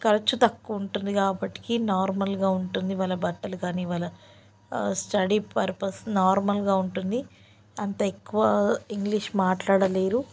ఖర్చు తక్కువ ఉంటుంది కాబట్టి నార్మల్గా ఉంటుంది వాళ్ళ బట్టలు కానీ వాళ్ళ స్టడీ పర్పస్ నార్మల్గా ఉంటుంది అంత ఎక్కువ ఇంగ్లీష్ మాట్లాడలేరు